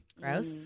Gross